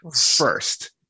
first